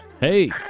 Hey